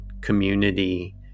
community